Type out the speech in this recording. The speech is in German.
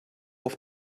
auf